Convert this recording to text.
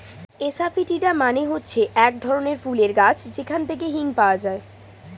asafoetida মানে হচ্ছে এক ধরনের ফুলের গাছ যেখান থেকে হিং পাওয়া যায়